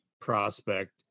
prospect